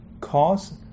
cause